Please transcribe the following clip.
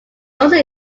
also